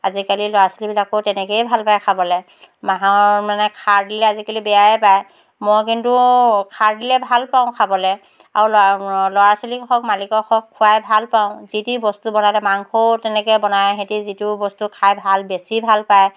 আজিকালি ল'ৰা ছোৱালীবিলাকোও তেনেকেই ভাল পায় খাবলৈ মাহৰ মানে খাৰ দিলে আজিকালি বেয়াই পাই মই কিন্তু খাৰ দিলে ভাল পাওঁ খাবলৈ আৰু ল'ৰা ল'ৰা ছোৱালী হওক মালিকক হওক খুৱাই ভাল পাওঁ যি টি বস্তু বনালে মাংসও তেনেকৈ বনায় সেতি যিটো বস্তু খাই ভাল বেছি ভাল পায়